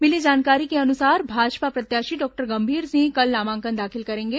मिली जानकारी के अनुसार भाजपा प्रत्याशी डॉक्टर गंभीर सिंह कल नामांकन दाखिल करेंगे